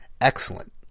excellent